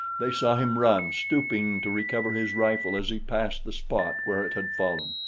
they saw him run, stooping to recover his rifle as he passed the spot where it had fallen.